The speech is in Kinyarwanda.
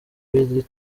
b’iri